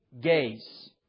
gays